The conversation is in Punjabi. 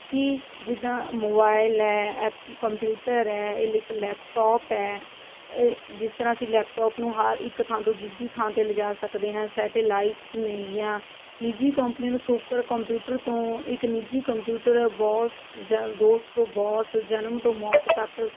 ਕਿ ਜਿੱਦਾਂ ਮੋਬਾਇਲ ਹੈ ਐਪ ਕੰਪਿਊਟਰ ਹੈ ਇਹ ਲਿੱਕ ਲੈਪਟੌਪ ਹੈ ਜਿਸ ਤਰ੍ਹਾਂ ਅਸੀਂ ਲੈਪਟੌਪ ਨੂੰ ਹਰ ਇੱਕ ਥਾਂ ਤੋਂ ਦੂਜੀ ਥਾਂ 'ਤੇ ਲਿਜਾ ਸਕਦੇ ਹਾਂ ਸੈਟੇਲਾਈਟਸ ਨੇ ਜਾਂ ਨਿੱਜੀ ਕੰਪਨੀ ਤੋਂ ਸੁਪਰ ਕੰਪਿਊਟਰ ਤੋਂ ਇੱਕ ਨਿੱਜੀ ਕੰਪਿਊਟਰ ਬੋਸ ਜਾਂ ਦੋਸਤ ਤੋਂ ਬੋਸ ਜਨਮ ਤੋਂ ਮੌਤ ਤੱਕ